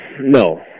No